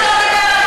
אל תהיה פופוליסט.